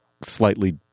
slightly